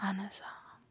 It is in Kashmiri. اَہن حظ آ